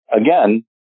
again